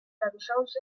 themselves